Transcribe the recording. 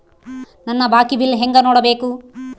ನನ್ನ ಬಾಕಿ ಬಿಲ್ ಹೆಂಗ ನೋಡ್ಬೇಕು?